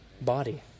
body